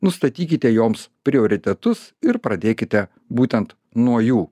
nustatykite joms prioritetus ir pradėkite būtent nuo jų